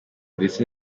ndetse